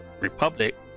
republic